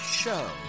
show